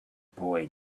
boy